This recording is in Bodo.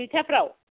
दुयथाफ्राव